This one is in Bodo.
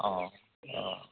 औ औ